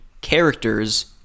characters